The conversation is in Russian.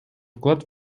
вклад